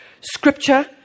scripture